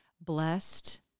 blessed